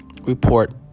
report